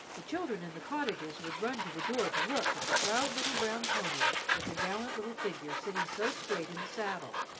the children in the cottages would run to the door to look at the proud little brown pony with the gallant little figure sitting so straight in the saddle,